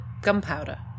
gunpowder